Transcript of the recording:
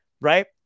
right